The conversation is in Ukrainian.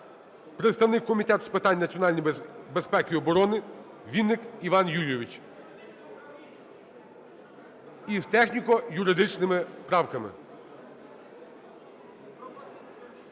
представник Комітету з питань національної безпеки і оборони Вінник Іван Юлійович. І з техніко-юридичними правками.